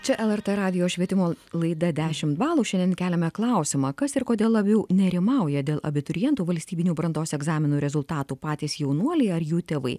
čia lrt radijo švietimo laida dešimt balų šiandien keliame klausimą kas ir kodėl labiau nerimauja dėl abiturientų valstybinių brandos egzaminų rezultatų patys jaunuoliai ar jų tėvai